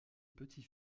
petit